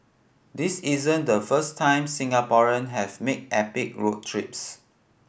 this isn't the first time Singaporean have made epic road trips